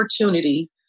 opportunity